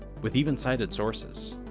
with even cited sources.